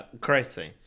crazy